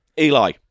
Eli